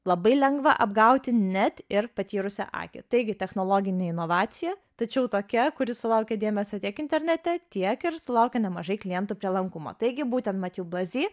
labai lengva apgauti net ir patyrusią akį taigi technologinė inovacija tačiau tokia kuri sulaukė dėmesio tiek internete tiek ir sulaukė nemažai klientų prielankumo taigi būtent matju blazi